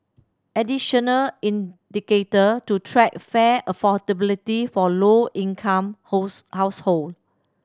additional indicator to track fare affordability for low income holds household